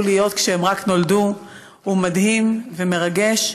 להיות כשהם רק נולדו הוא מדהים ומרגש.